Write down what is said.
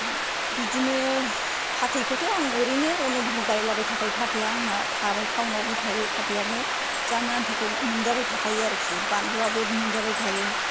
बिदिनो फाथैखौथ' आं ओरैनो अदं बदं' गायलाबाय थाखायो फाथैया आंना थाबाय टाउन आवबो थायो फाथैयानो जानो आनथाखौ मोनजाबाय थाखायो आरोखि बानलुआबो मोनजाबाय थायो